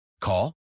Call